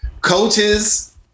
Coaches